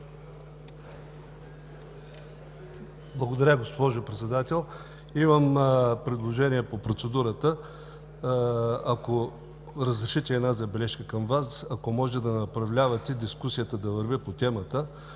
Благодаря, госпожо Председател. Имам предложение по процедурата. Ако разрешите, една забележка към Вас – ако може да направлявате дискусията да върви по темата,